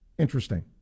interesting